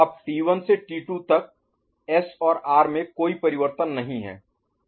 अब t1 से t2 तक S और R में कोई परिवर्तन नहीं है